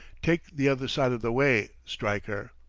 take the other side of the way, stryker!